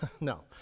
No